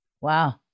Wow